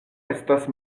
estas